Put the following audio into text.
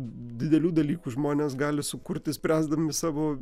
didelių dalykų žmonės gali sukurti spręsdami savo